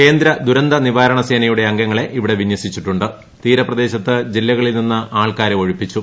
കേന്ദ്ര ദുരന്ത നിവാരണ സേനയുടെ അംഗങ്ങളെ ് ഇവിടെ വിന്യസിച്ചിട്ടു തീരപ്രദേശത്ത് ജില്ലകളിൽ നിന്ന് ആൾക്കാരെ ഒഴിപ്പിച്ചു